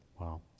wow